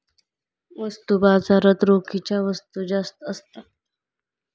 वस्तू बाजारात रोखीच्या वस्तू जास्त असतात